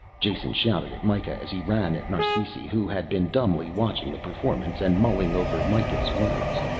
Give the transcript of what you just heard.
jason shouted at mikah as he ran at narsisi who had been dumbly watching the performance and mulling over mikah's words.